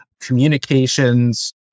communications